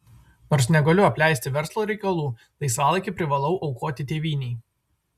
nors negaliu apleisti verslo reikalų laisvalaikį privalau aukoti tėvynei